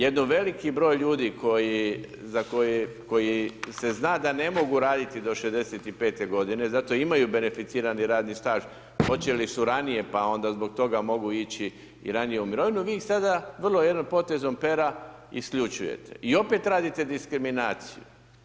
Jedan veliki br. ljudi za koje se zna da ne mogu raditi do 65 g. zato imaju beneficirani radni staž, počeli su ranije, pa onda i zbog toga mogu ići i ranije u mirovinu, vi ih sada vrlo, jednim potezom pera isključujete i opet radite diskriminaciju.